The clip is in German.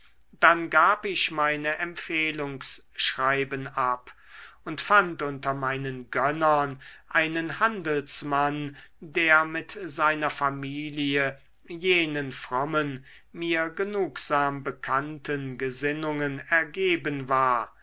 dann gab ich meine empfehlungsschreiben ab und fand unter meinen gönnern einen handelsmann der mit seiner familie jenen frommen mir genugsam bekannten gesinnungen ergeben war